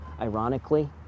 ironically